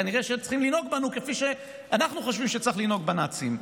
כנראה שהם צריכים לנהוג בנו כפי שאנחנו חושבים שצריכים לנהוג בנאצים,